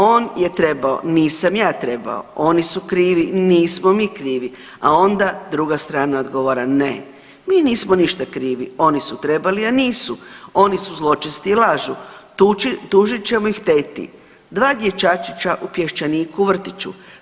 On je trebao, nisam ja trebao, oni su krivi, nismo mi krivi, a onda druga strana odgovara ne, mi nismo ništa krivi, oni su trebali, a nisu, oni su zločesti i lažu, tužit ćemo ih teti, dva dječačića u pješčaniku u vrtiću.